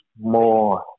more